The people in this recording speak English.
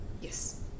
yes